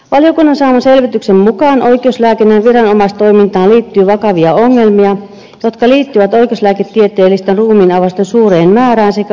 valiokunnan saaman selvityksen mukaan oikeuslääkinnän viranomaistoimintaan liittyy vakavia ongelmia jotka liittyvät oikeuslääketieteellisten ruumiinavausten suureen määrään sekä oikeuslääkäreiden eläköitymiseen